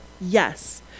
Yes